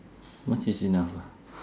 once is enough lah